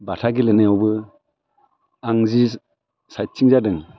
बाथा गेलेनायावबो आं जि साइटथिं जादों